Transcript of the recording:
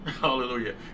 Hallelujah